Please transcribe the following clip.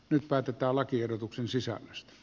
nyt päätetään lakiehdotuksen sisällöstä